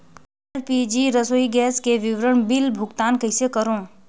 LPG रसोई gas के विवरण बिल भुगतान कइसे करों?